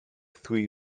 three